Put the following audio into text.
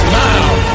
now